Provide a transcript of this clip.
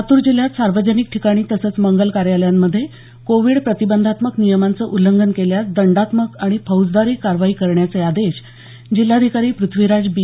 लातूर जिल्ह्यात सार्वजनिक ठिकाणी तसंच मंगल कार्यालयांमध्ये कोविड प्रतिबंधात्मक नियमांचं उल्लंघन केल्यास दंडात्मक आणि फौजदारी कारवाई करण्याचे आदेश जिल्हाधिकारी पृथ्वीराज बी